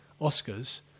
Oscars